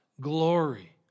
glory